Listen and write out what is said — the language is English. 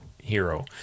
hero